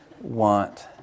want